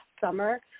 summer